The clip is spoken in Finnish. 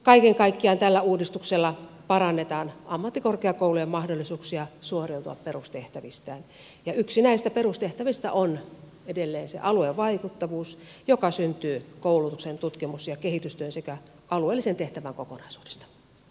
kaiken kaikkiaan tällä uudistuksella parannetaan ammattikorkeakoulujen mahdollisuuksia suoriutua perustehtävistään ja yksi näistä perustehtävistä on edelleen se aluevaikuttavuus joka syntyy koulutuksen tutkimus ja kehitystyön sekä alueellisen tehtävän kokonaisuudesta